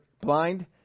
blind